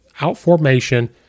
out-formation